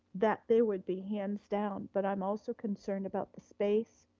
that they would be hands down, but i'm also concerned about the space